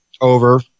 over